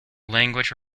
language